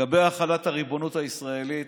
לגבי החלת הריבונות הישראלית